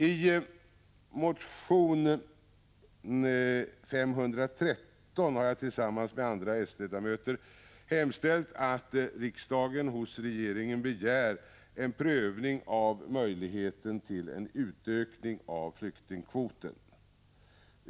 I motion 1985/86:Sf513 har jag tillsammans med andra s-ledamöter hemställt att riksdagen hos regeringen begär en prövning av möjligheten till en utökning av flyktingkvoten.